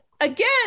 Again